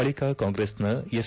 ಬಳಿಕ ಕಾಂಗ್ರೆಸ್ನ ಎಸ್